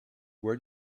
where